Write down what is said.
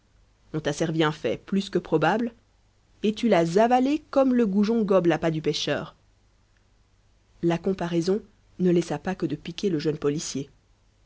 on t'a servi un fait plus que probable et tu l'as avalé comme le goujon gobe l'appât du pêcheur la comparaison ne laissa pas que de piquer le jeune policier